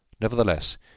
Nevertheless